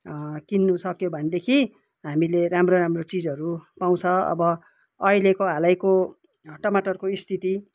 किन्नु सक्यो भनेदेखि हामीले राम्रो राम्रो चिजहरू पाउँछ अब अहिलेको हालैको टमटरको स्थिति